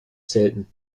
selten